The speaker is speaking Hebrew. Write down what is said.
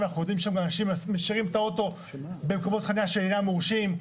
ואנחנו יודעים שאנשים משאירים את האוטו במקומות חניה שאינם מורשים,